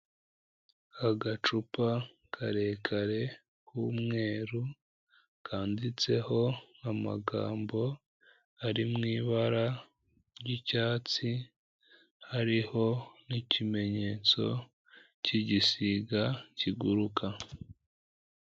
Agacupa karekare k'umweru, kanditseho amagambo ari mu ibara ry'icyatsi, hariho n'ikimenyetso cy'igisiga kiguruka.